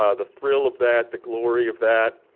ah the thrill of that, the glory of that.